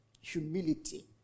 humility